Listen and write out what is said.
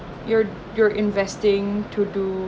you're you're investing to do